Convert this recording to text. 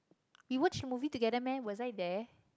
we watched a movie together meh was I there